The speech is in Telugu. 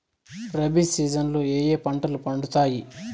రబి సీజన్ లో ఏ ఏ పంటలు పండుతాయి